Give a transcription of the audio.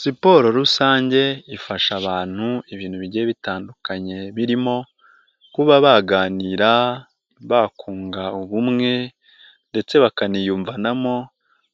Siporo rusange ifasha abantu ibintu bigiye bitandukanye, birimo kuba baganira, bakunga ubumwe ndetse bakaniyumvanamo